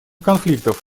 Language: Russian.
конфликтов